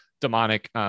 demonic